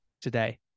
today